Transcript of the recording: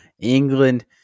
England